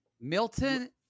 Milton